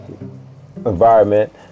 environment